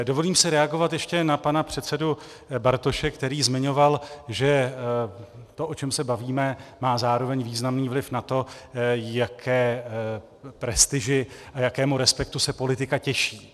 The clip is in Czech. Dovolím si reagovat ještě na pana předsedu Bartoše, který zmiňoval, že to, o čem se bavíme, má zároveň významný vliv na to, jaké prestiži a jakému respektu se politika těší.